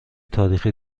تاریخ